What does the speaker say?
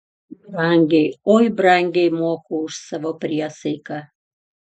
brangiai oi brangiai moku už savo priesaiką